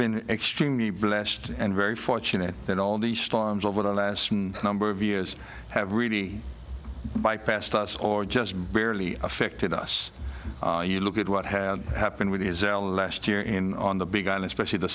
been extremely blessed and very fortunate that all the storms over the last number of years have really bypassed us or just barely affected us you look at what has happened with the last year in on the big island specially the